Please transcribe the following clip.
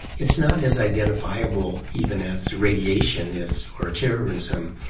it's not as identifiable even as radiation is, or terrorism,